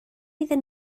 iddyn